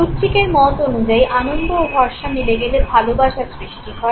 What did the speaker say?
প্লুটচিকের মত অনুযায়ী আনন্দ ও ভরসা মিলে গেলে ভালোবাসা সৃষ্টি হয়